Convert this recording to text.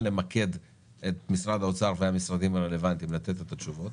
למקד את משרד האוצר והמשרדים הרלוונטיים לתת את התשובות